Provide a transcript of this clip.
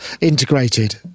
integrated